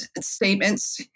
Statements